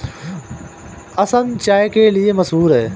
असम चाय के लिए मशहूर है